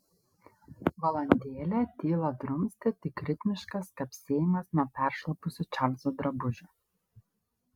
valandėlę tylą drumstė tik ritmiškas kapsėjimas nuo peršlapusių čarlzo drabužių